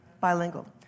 Bilingual